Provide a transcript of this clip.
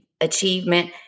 achievement